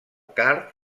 card